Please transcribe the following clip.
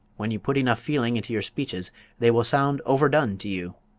when you put enough feeling into your speeches they will sound overdone to you,